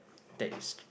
that is